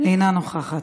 אינה נוכחת.